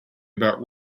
about